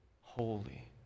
holy